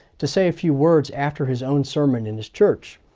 to say a few words after his own sermon in his church.